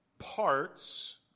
Parts